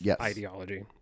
ideology